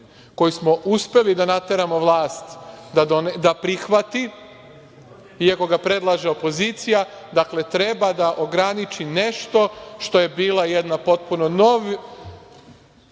koji smo uspeli da nateramo vlast da prihvati, iako ga predlaže opozicija, treba da ograniči nešto što je bio jedan potpuno nov